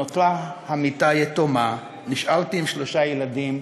/ נותרה המיטה יתומה, / נשארתי עם שלושה ילדים,